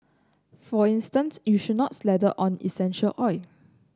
for instance you should not slather on essential oil